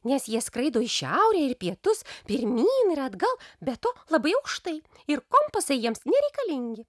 nes jie skraido į šiaurę ir į pietus pirmyn ir atgal be to labai aukštai ir kompasai jiems nereikalingi